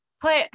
put